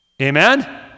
Amen